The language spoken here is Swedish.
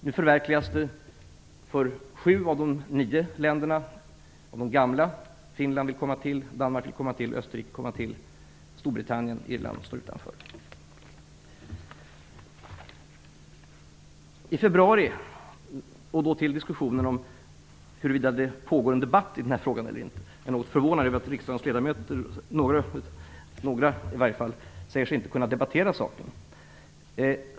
Nu förverkligas detta för sju av de nio gamla medlemsländerna. Finland, Danmark och Österrike vill komma till, Storbritannien och Irland står utanför. Så till diskussionen om huruvida det pågår en debatt i denna fråga eller inte. Jag är förvånad att det finns riksdagsledamöter som säger sig inte ha kunnat debattera frågan.